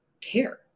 care